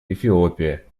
эфиопия